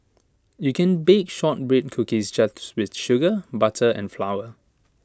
you can bake Shortbread Cookies just with sugar butter and flour